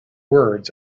words